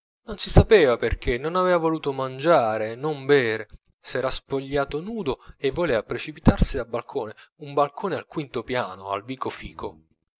non si sapeva perchè non aveva voluto mangiare non bere s'era spogliato nudo e voleva precipitarsi dal balcone un balcone al quinto piano al vico fico